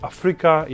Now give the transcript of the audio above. Africa